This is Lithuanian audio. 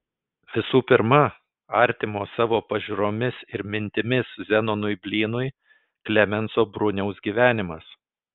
visų pirma artimo savo pažiūromis ir mintimis zenonui blynui klemenso bruniaus gyvenimas